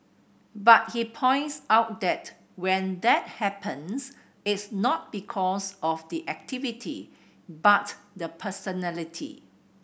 but he points out that when that happens it's not because of the activity but the personality